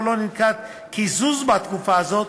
או לא ננקט קיזוז בתקופה זו,